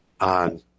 on